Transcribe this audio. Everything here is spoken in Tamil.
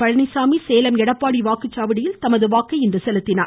பழனிச்சாமி சேலம் எடப்பாடி வாக்குச்சாவடியில் தனது வாக்கை செலுத்தினார்